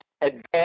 advanced